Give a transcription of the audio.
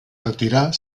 retirar